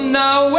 now